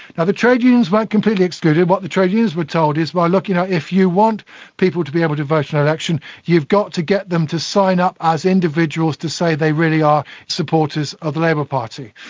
and the trade unions weren't completely excluded. what the trade unions were told is by looking at if you want people to be able to vote in an election you've got to get them to sign up as individuals to say they really are supporters of the labour party.